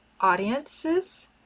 audiences